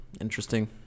Interesting